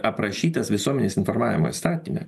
aprašytas visuomenės informavimo įstatyme